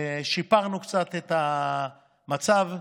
שיפרנו קצת את המצב.